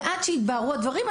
ועד שהתבהרו הדברים,